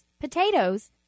potatoes